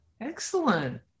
Excellent